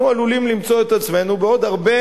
אנחנו עלולים למצוא את עצמנו עם עוד הרבה